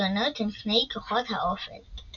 בהתגוננות מפני כוחות האופל.